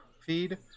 feed